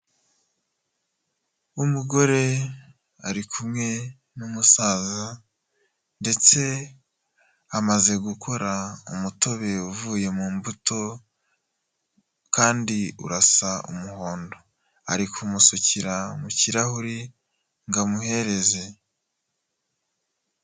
Umugore ari kumwe n'umusaza ndetse amaze gukora umutobe uvuye mu mbuto kandi urasa umuhondo, ari kumusukira mu kirahure ngo amuhereze.